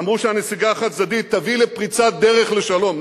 אמרו שהנסיגה החד-צדדית תביא לפריצת דרך לשלום.